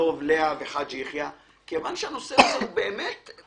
דב, לאה, וחאג' יחיא, כי הנושא הזה לא פשוט.